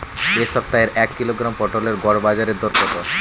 এ সপ্তাহের এক কিলোগ্রাম পটলের গড় বাজারে দর কত?